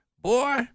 boy